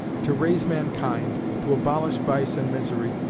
to raise mankind, to abolish vice and misery,